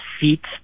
seats